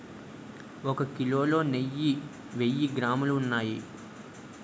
ఒక కిలోలో వెయ్యి గ్రాములు ఉన్నాయి